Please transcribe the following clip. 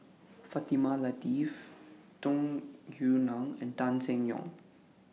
Fatimah Lateef Tung Yue Nang and Tan Seng Yong